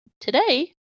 today